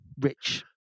rich